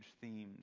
themes